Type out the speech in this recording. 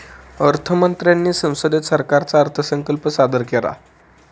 अर्थ मंत्र्यांनी संसदेत सरकारचा अर्थसंकल्प सादर केला